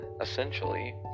essentially